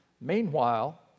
Meanwhile